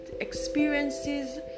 experiences